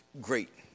great